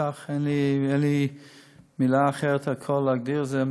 רצח אין לי מילה אחרת להגדיר את זה.